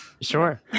sure